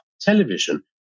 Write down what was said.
television